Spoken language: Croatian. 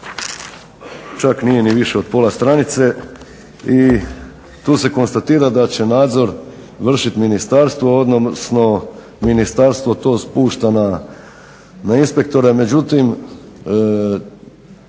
čak nije više od pola stranice i tu se konstatira da će nadzor vršiti ministarstvo odnosno ministarstvo to spušta na inspektore. Međutim